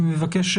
אני מבקש,